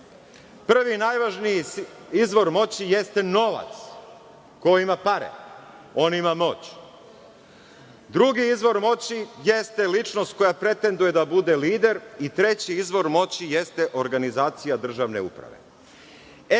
Prvi najvažniji izvor moći jeste novac – ko ima pare, on ima moć, drugi izvor moći jeste ličnost koja pretenduje da bude lider i treći izvor moći jeste organizacija državne uprave.